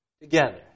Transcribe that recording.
together